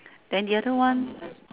then the other one